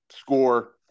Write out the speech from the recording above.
score